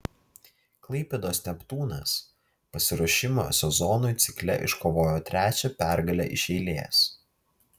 klaipėdos neptūnas pasiruošimo sezonui cikle iškovojo trečią pergalę iš eilės